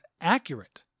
accurate